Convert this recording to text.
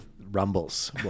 rumbles